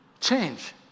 change